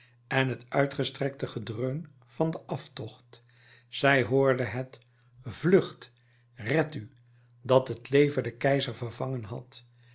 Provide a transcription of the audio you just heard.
en het uitgestrekte gedreun van den aftocht zij hoorde het vlucht redt u dat het leve de keizer vervangen had